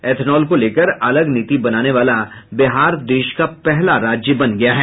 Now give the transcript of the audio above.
ethanol को लेकर अलग नीति बनाने वाला बिहार देश का पहला राज्य बन गया है